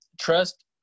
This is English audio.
trust